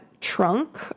trunk